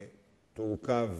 הזמנים,